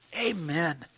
amen